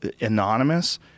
anonymous